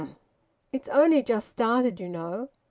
it's only just started, you know.